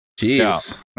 Jeez